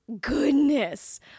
goodness